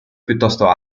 piuttosto